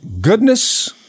goodness